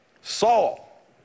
Saul